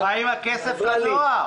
מה עם הכסף לנוער?